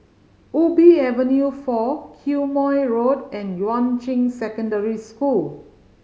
Ubi Avenue Four Quemoy Road and Yuan Ching Secondary School